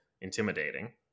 intimidating